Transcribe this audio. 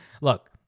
look